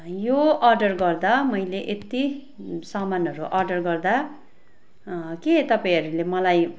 यो अर्डर गर्दा मैले यति सामानहरू अर्डर गर्दा के तपाईँहरूले मलाई